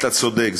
אתה צודק,